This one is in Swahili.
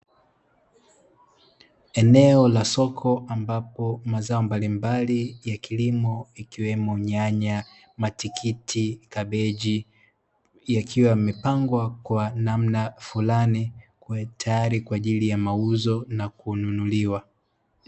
Eneo la soko ambapo mazao mbali mbali ya kilimo ikiwemo; nyanya, matikiti, kabichi, yakiwa yamepngwa kwa namna fulani tayari kwa ajii ya mauzo na kununuliwa.